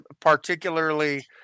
particularly